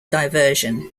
diversion